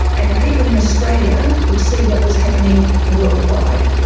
and people in australia could see what was happening worldwide.